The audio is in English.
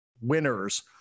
winners